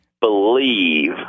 Believe